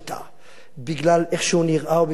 בגלל איך שהוא נראה או בגלל צבע עורו,